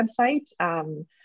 website